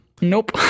Nope